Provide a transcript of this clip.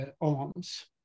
arms